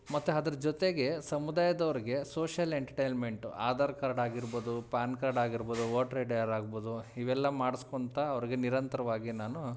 ಮತ್ತು ಅದ್ರ್ ಜೊತೆಗೆ ಸಮುದಾಯದವ್ರಿಗೆ ಸೋಷ್ಯಲ್ ಎಂಟಟೈಲ್ಮೆಂಟು ಆಧಾರ್ ಕಾರ್ಡ್ ಆಗಿರ್ಬೋದು ಪಾನ್ ಕಾರ್ಡ್ ಆಗಿರ್ಬೋದು ಓಟ್ರ್ ಐ ಡಿಯಾರು ಆಗಿರ್ಬೋದು ಇವೆಲ್ಲ ಮಾಡಿಸ್ಕೊಂತ ಅವ್ರಿಗೆ ನಿರಂತರವಾಗಿ ನಾನು